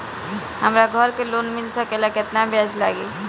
हमरा घर के लोन मिल सकेला केतना ब्याज लागेला?